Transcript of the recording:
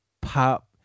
pop